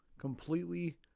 completely